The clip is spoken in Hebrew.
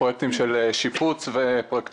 יש כאן פרויקטים של שיפוץ ופרויקטי